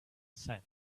sand